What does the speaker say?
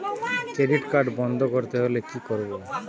Credit card বন্ধ করতে হলে কি করব?